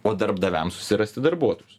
o darbdaviams susirasti darbuotojus